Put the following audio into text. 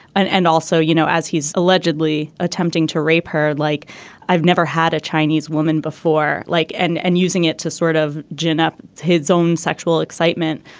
and and also you know as he is allegedly attempting to rape her like i've never had a chinese woman before like and and using it to sort of gin up his own sexual excitement.